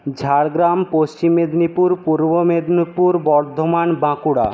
Jhargram Paschim Medinipur Purba Medinipur Bardhaman Bankura